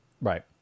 right